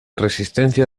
resistencia